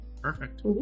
Perfect